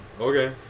Okay